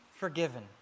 forgiven